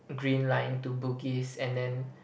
green line to Bugis and then